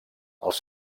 els